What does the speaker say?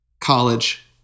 College